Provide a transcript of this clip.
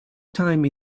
time